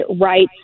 rights